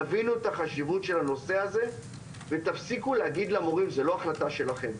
תבינו את החשיבות של הנושא הזה ותפסיקו להגיד למורים זאת לא החלטה שלכם,